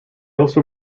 also